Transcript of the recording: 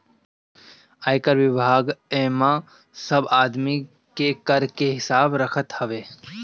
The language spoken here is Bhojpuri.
आयकर विभाग एमे सब आदमी के कर के हिसाब रखत हवे